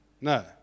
No